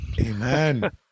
Amen